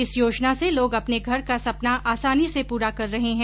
इस योजना से लोग अपने घर का सपना आसानी से पूरा कर रहे हैं